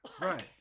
Right